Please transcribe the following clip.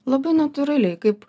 labai natūraliai kaip